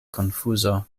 konfuzo